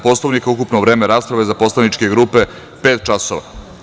Poslovnika ukupno vreme rasprave za poslaničke grupe pet časova.